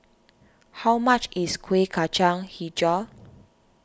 how much is Kuih Kacang HiJau